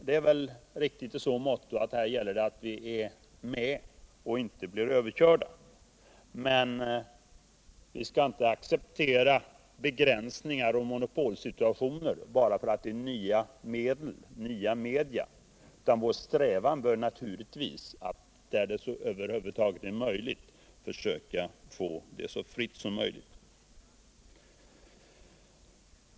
Dot är väl riktigt i så måtto att det gäller att vi är med och inte blir överkörda, men vi skall inte acceptera begränsningar och monopolsituationer bara därför att det gäller nya media, utan vår strävan bör naturligtvis vara att få det så fritt som möjligt.